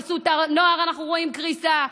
בחסות הנוער אנחנו רואים קריסה,